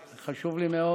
זה חשוב לי מאוד.